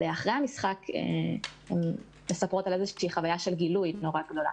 אחרי המשחק הן מספרות על איזושהי חוויית גילוי מאוד גדולה